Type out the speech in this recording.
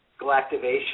galactivation